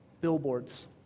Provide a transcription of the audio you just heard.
billboards